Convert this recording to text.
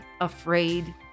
afraid